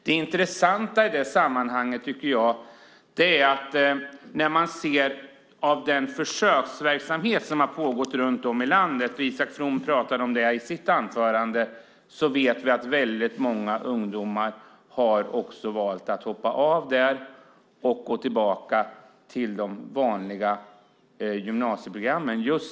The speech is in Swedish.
Det intressanta i det sammanhanget är att när man ser på den försöksverksamhet med lärlingsutbildningar som har pågått runt om i landet - Isak From pratade om det i sitt anförande - vet vi att väldigt många ungdomar också har valt att hoppa av därifrån och gå tillbaka till de vanliga gymnasieprogrammen.